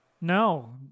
No